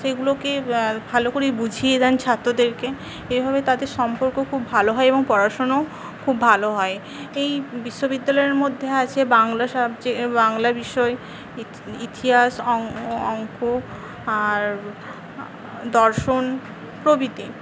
সেগুলোকে ভালো করে বুঝিয়ে দেন ছাত্রদেরকে এভাবে তাদের সম্পর্ক খুব ভালো হয় এবং পড়াশুনোও খুব ভালো হয় এই বিশ্ববিদ্যালয়ের মধ্যে আছে বাংলা সাবজে বাংলা বিষয় ইত ইতিহাস অং অংক আর দর্শন প্রভৃতি